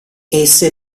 esse